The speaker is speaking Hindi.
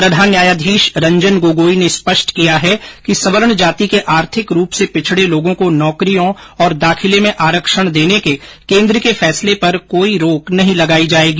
प्रधान न्यायाधीश रंजन गोगोई ने यह स्पष्ट किया है कि सवर्ण जाति के आर्थिक रूप से पिछडे लोगों को नौकरियों और दाखिले में आरक्षण देने के केन्द्र के फैसले पर कोई रोक नहीं लगाई जाएगी